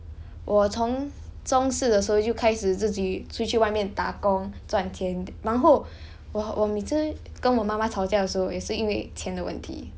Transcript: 我从中四的时候就开始自己出去外面打工赚钱然后我我每次跟我妈妈吵架的时候也是因为钱的问题